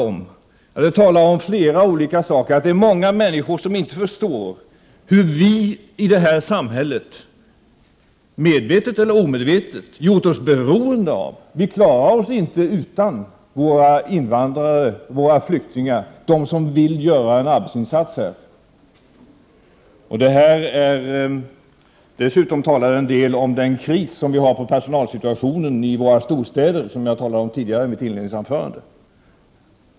Jo, det säger oss flera olika saker, bl.a. att många människor inte förstår hur vi i vårt samhälle — medvetet eller omedvetet — har gjort oss beroende av invandrare. Vi klarar oss inte utan dessa invandrare, dessa flyktingar, som vill göra en arbetsinsats här. Dessutom säger det en del om krisen när det gäller personalsituationen i våra storstäder, som jag talade om i mitt inledningsanförande.